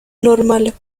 normale